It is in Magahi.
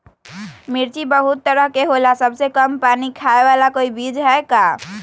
मिर्ची बहुत तरह के होला सबसे कम पानी खाए वाला कोई बीज है का?